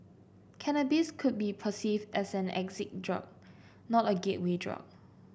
cannabis could be perceived as an exit drug not a gateway drug